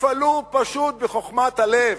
תפעלו פשוט בחוכמת הלב.